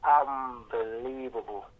unbelievable